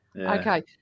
Okay